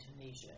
Tunisia